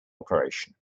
operation